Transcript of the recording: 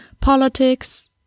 politics